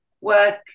work